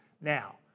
now